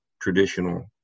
traditional